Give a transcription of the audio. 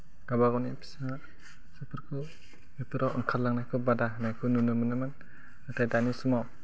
गावबा गावनि फिसा जायफोरखौ बेफोराव ओंखारलांनायखौ बादा होनायखौ नुनो मोनामोन नाथाय दानि समाव